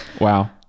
Wow